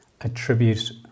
attribute